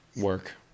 work